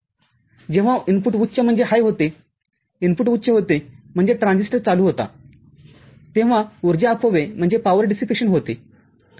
जेव्हा इनपुट उच्च होते इनपुट उच्च होते म्हणजे ट्रान्झिस्टर चालू होता तेव्हा उर्जा अपव्यय होते